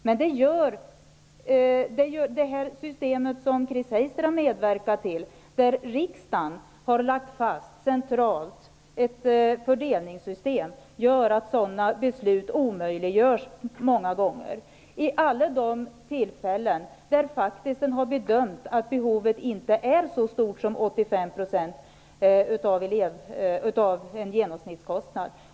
Chris Heister har medverkat till ett system -- och riksdagen har centralt lagt fast ett fördelningssystem -- som gör att sådana beslut många gånger omöjliggörs. Det finns faktiskt tillfällen då man har bedömt att behovet inte är så stort som 85 % av en genomsnittskostnad.